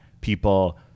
people